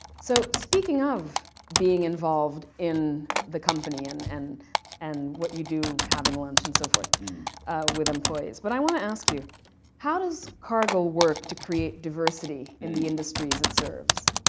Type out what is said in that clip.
so speaking of being involved in the company and and what you do, having lunch and so forth with employees, but i want to ask you how does cargill work to create diversity in the industries it serves?